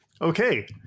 Okay